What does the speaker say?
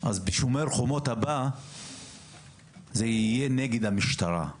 אז ב-"שומר החומות" הבא זה יהיה נגד המשטרה,